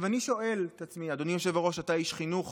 אני שואל את עצמי, אדוני היושב-ראש, אתה איש חינוך